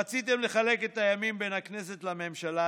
רציתם לחלק את הימים בין הכנסת לממשלה,